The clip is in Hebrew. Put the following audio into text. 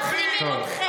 את מחרחרת מלחמות.